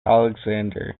alexander